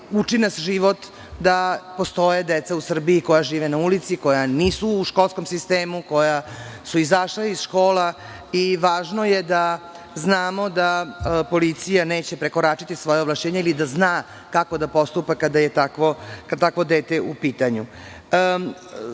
ali nas život uči da postoje deca u Srbiji koja žive na ulici i koja nisu u školskom sistemu, koja su izašla iz škola. Važno je da znamo da policija neće prekoračiti svoja ovlašćenja ili da zna kako da postupa kada je takvo dete u